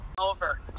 Over